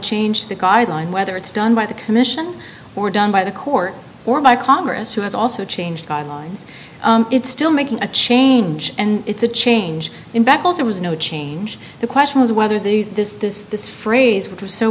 change the guideline whether it's done by the commission or done by the court or by congress who has also changed guidelines it's still making a change and it's a change in fact was there was no change the question was whether these does this this phrase which is so